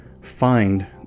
find